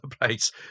place